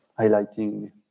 highlighting